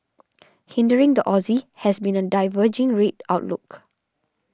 hindering the Aussie has been a diverging rate outlook